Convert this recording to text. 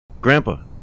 Grandpa